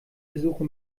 versuche